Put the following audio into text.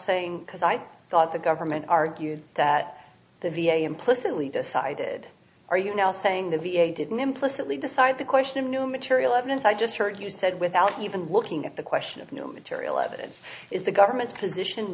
saying because i thought the government argued that the v a implicitly decided are you now saying the v a didn't implicitly decide the question of new material evidence i just heard you said without even looking at the question of no material evidence is the government's position